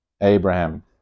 Abraham